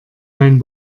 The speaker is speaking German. mein